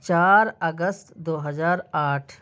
چار اگست دو ہزار آٹھ